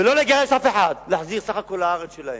ולא לגרש אף אחד, להחזיר בסך הכול לארץ שלהם.